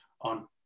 on